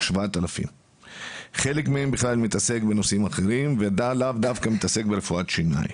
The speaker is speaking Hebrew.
7,000. חלק מהם מתעסק בנושאים אחרים ולאו דווקא ברפואת שיניים.